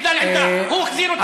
הוא החזיר אותנו,